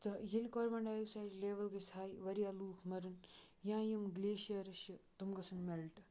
تہٕ ییٚلہ کاربَن ڈیاکسایڈٕچ لیوَل گَژھِ ہاے واریاہ لُکھ مَرَن یا یِم گٕلیشِیٲرٕس چھِ تِم گَژھَن میٚلٹ